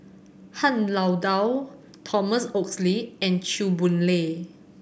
Han Lao Da Thomas Oxley and Chew Boon Lay